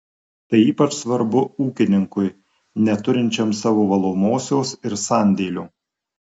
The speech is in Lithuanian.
tai ypač svarbu ūkininkui neturinčiam savo valomosios ir sandėlio